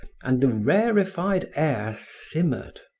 and the rarefied air simmered.